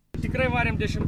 tikrai varėm dešimt